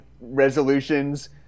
resolutions